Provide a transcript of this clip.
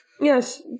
Yes